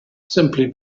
simply